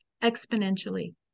exponentially